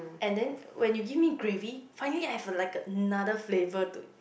and then when you give me gravy finally I have like a another flavour to eat